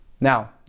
Now